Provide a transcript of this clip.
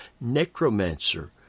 necromancer